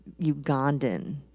Ugandan